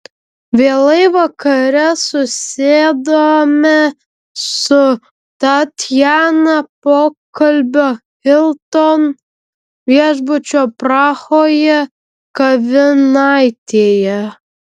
vėlai vakare susėdame su tatjana pokalbio hilton viešbučio prahoje kavinaitėje